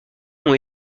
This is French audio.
ont